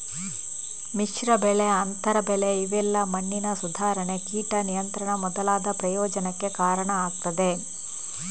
ಮಿಶ್ರ ಬೆಳೆ, ಅಂತರ ಬೆಳೆ ಇವೆಲ್ಲಾ ಮಣ್ಣಿನ ಸುಧಾರಣೆ, ಕೀಟ ನಿಯಂತ್ರಣ ಮೊದಲಾದ ಪ್ರಯೋಜನಕ್ಕೆ ಕಾರಣ ಆಗ್ತದೆ